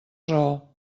raó